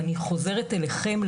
אני חוזרת אליכם,